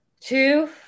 two